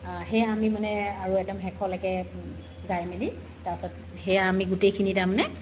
সেই আমি মানে আৰু একদম শেষলৈকে গাই মেলি তাৰপাছত সেয়া আমি গোটেইখিনি তাৰমানে